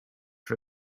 for